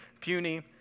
puny